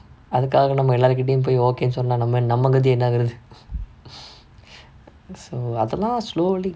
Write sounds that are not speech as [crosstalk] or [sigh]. அதுக்காக நம்ம எல்லார்கிட்டயும் போய்:athukaaga namma ellaarkittayum poyi okay ன்னு சொன்னா நம்ம நம்ம கதி என்னாகுறது:nnu sonnaa namma namma gadhi ennaagurathu [breath] so அதலா:athalaa slowly